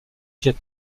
viêt